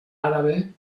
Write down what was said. árabe